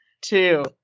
two